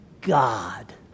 God